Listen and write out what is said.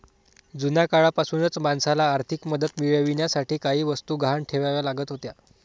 जुन्या काळापासूनच माणसाला आर्थिक मदत मिळवण्यासाठी काही वस्तू गहाण ठेवाव्या लागत होत्या